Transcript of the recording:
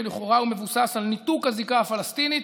ולכאורה הוא מבוסס על ניתוק הזיקה הפלסטינית,